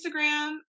Instagram